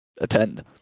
attend